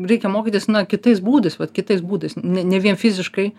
reikia mokytis na kitais būdais vat kitais būdais ne ne vien fiziškai